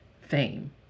Fame